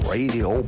Radio